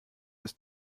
ist